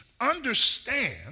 understand